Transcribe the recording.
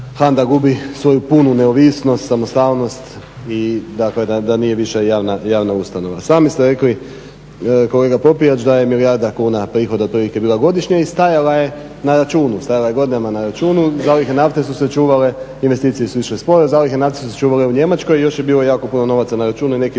HANDA gubi svoju punu neovisnost, samostalnost i da nije više javna ustanova. Sami ste rekli kolega Popijač da je milijarda kuna prihoda otprilike bila godišnje i stajala je na računu, stajala je godinama na računu. Zalihe nafte su se čuvale, investicije su išle sporo, zalihe nafte su se čuvale u Njemačkoj i još je bilo jako puno novaca na računu i nekih